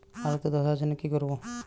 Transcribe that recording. আলুতে ধসার জন্য কি করব?